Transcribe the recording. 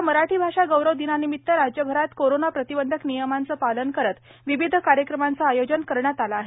आजच्या मराठी भाषा गौरव दिनानिमित्त राज्यभरात कोरोना प्रतिबंधक नियमांचं पालन करत विविध कार्यक्रमांचं आयोजन केलं आहे